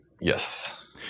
Yes